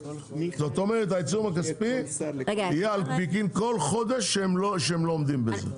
זאת אומרת העיצום הכספי יהיה בגין כל חודש שהם לא עומדים בזה.